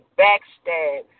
backstab